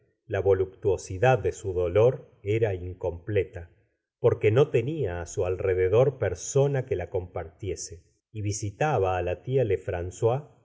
la voluptuosidad de su dolor era incompleta porque no tenia á su alrededor persona que la compartiese y visitaba á la tia